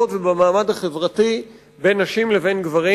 ובמעמד החברתי בין נשים לבין גברים,